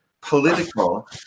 political